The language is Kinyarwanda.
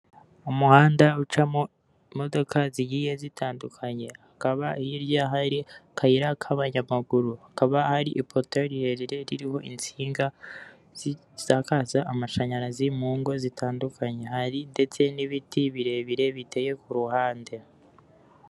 Umuhanda ucamo imodoka zigiye zitandukanye hakaba hirya hari akayira k'abanyamaguru, hakaba hari ipoto rirerire ririho insinga zisakaza amashanyarazi mu ngo zitandukanye hari ndetse n'ibiti birebire biteye ku ruhande.